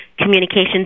Communications